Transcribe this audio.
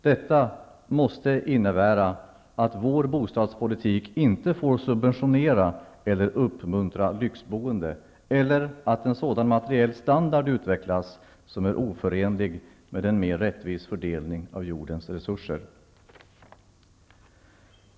Detta måste innebära att vår bostadspolitik inte får subventionera eller uppmuntra ''lyxboende'' eller att en sådan materiell standard utvecklas som är oförenlig med en mer rättvis fördelning av jordens resurser.